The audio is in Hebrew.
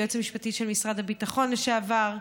היועץ המשפטי של משרד הביטחון לשעבר,